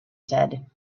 said